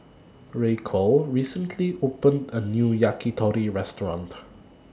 Raquel recently opened A New Yakitori Restaurant